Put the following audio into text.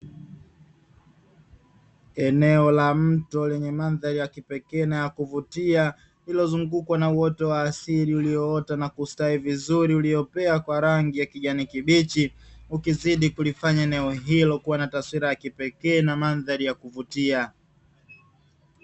Eneo la mto lenye mandhari ya kupekee na yakuvutia, lililozungukwa na uwoto wa asili lililo ota na kustawi vizuri na kumea kwa rangi ya kijani kibichi ukizidi kulifanya eneo hilo kuwa na taswira ya kipekee na mandhari ya kuvutia.